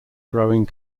growing